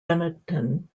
benetton